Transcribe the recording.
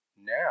now